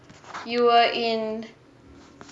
you were in